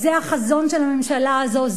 זה החזון של הממשלה הזאת,